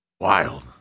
Wild